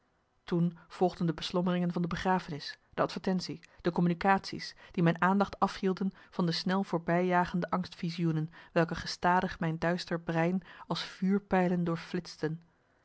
volgden de beslommeringen van de begrafenis de advertentie de communicatie's die mijn aandacht afhielden van de snel voorbijjagende angstvisioenen welke gestadig mijn duister brein als vuurpijlen